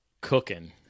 cooking